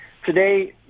Today